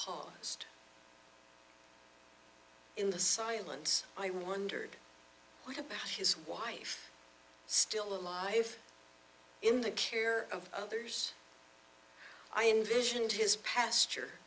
paused in the silence i wondered what about his wife still alive in the care of others i envisioned his pasture